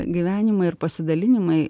gyvenimai ir pasidalinimai